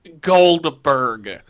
Goldberg